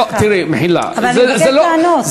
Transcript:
תראי, מחילה, אבל אני מבקשת לענות.